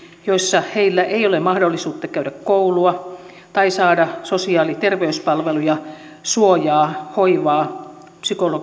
joissa heillä ei ole mahdollisuutta käydä koulua tai saada sosiaali ja terveyspalveluja suojaa hoivaa